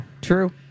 True